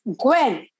Gwen